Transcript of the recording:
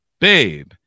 Babe